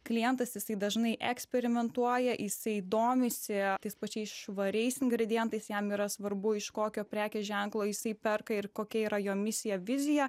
klientas jisai dažnai eksperimentuoja jisai domisi tais pačiais švariais ingredientais jam yra svarbu iš kokio prekės ženklo jisai perka ir kokia yra jo misija vizija